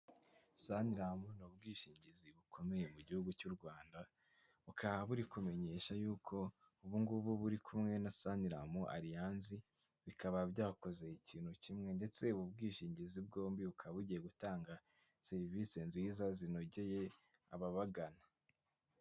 Saniramu ni ubwishingizi bukomeye mu gihugu cy'u Rwanda, bukaba buri kumenyesha yuko ubu ngubu buri kumwe na saniramu ariyanzi, bikaba byakoze ikintu kimwe ndetse ubu bwishingizi bwombi bukaba bugiye gutanga serivisi nziza zinogeye ababagana.